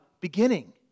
beginning